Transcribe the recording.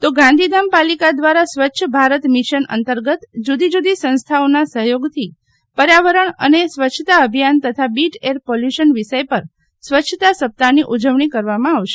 તો ગાંધીધામ પાલીકા દ્વારા સ્વચ્છ ભારત મિશન અંતર્ગત જુદી જુદી સંસ્થાઓના સહયોગથી પર્યાવરણ અને સ્વચ્છતા અભિયાન બીટ એર પોલ્યુશન વિષય પર સ્વચ્છતા સપ્તાહની ઉઝવણી કરવામાં આવશે